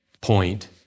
point